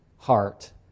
Heart